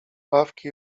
ławki